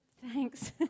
Thanks